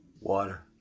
water